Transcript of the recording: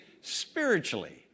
spiritually